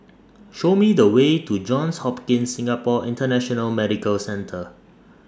Show Me The Way to Johns Hopkins Singapore International Medical Centre